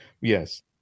Yes